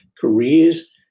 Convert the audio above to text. careers